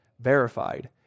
verified